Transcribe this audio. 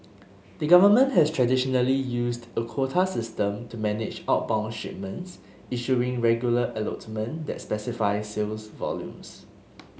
the government has traditionally used a quota system to manage outbound shipments issuing regular allotment that specify sales volumes